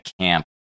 camp